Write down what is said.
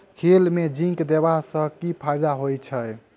खेत मे जिंक देबा सँ केँ फायदा होइ छैय?